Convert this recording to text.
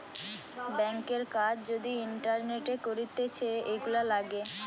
ব্যাংকের কাজ যদি ইন্টারনেটে করতিছে, এগুলা লাগে